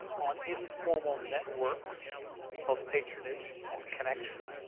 on informal networks of patronage and connection.